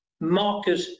market